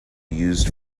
used